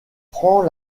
prend